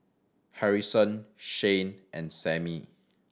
Harrison Shane and Samie